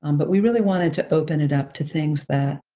um but we really wanted to open it up to things that